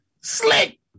Slick